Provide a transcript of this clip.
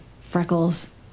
freckles